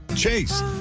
Chase